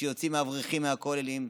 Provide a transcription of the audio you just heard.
כשיוצאים האברכים מהכוללים,